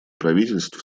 правительств